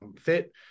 fit